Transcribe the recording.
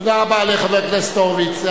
תודה לחבר הכנסת הורוביץ.